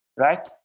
right